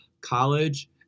College